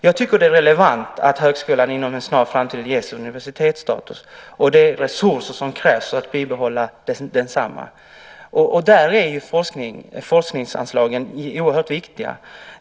Jag tycker att det är relevant att högskolan inom en snar framtid ges universitetsstatus och de resurser som krävs för att bibehålla densamma. Och där är forskningsanslagen oerhört viktiga.